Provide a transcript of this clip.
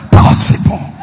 possible